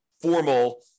formal